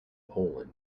poland